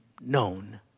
known